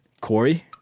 Corey